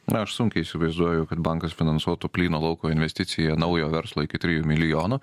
na aš sunkiai įsivaizduoju kad bankas finansuotų plyno lauko investiciją naujo verslo iki trijų milijonų